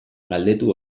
galdetu